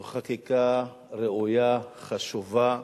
זו חקיקה ראויה, חשובה.